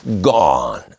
gone